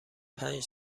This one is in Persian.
پنج